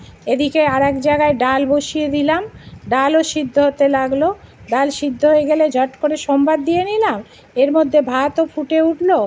এদিকে আরেক জায়গায় ডাল বসিয়ে দিলাম ডালও সিদ্ধ হতে লাগলো ডাল সিদ্ধ হয়ে গেলে ঝট করে সম্বার দিয়ে নিলাম এর মধ্যে ভাতও ফুটে উঠলো